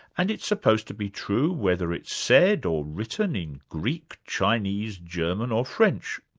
and it's supposed to be true whether it's said, or written in greek, chinese, german or french.